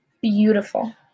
beautiful